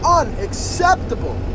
unacceptable